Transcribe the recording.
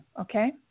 Okay